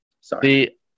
sorry